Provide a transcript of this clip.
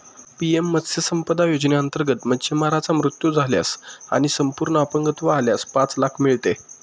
PM मत्स्य संपदा योजनेअंतर्गत, मच्छीमाराचा मृत्यू झाल्यास आणि संपूर्ण अपंगत्व आल्यास पाच लाख मिळते